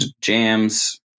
jams